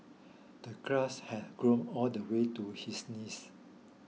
the grass had grown all the way to his knees